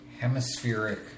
hemispheric